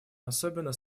особенно